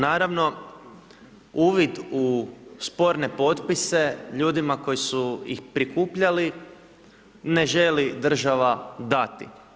Naravno, uvid u sporne potpise ljudima koji su ih prikupljali ne želi država dati.